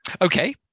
Okay